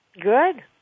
Good